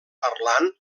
parlant